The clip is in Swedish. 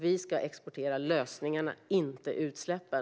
Vi ska exportera lösningarna - inte utsläppen.